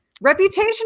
reputation